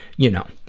you know,